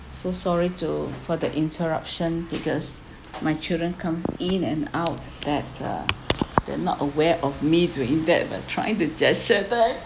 so sorry to for the interruption because my children comes in and out that uh they are not aware of me doing that but trying to just settle it